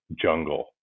jungle